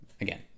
Again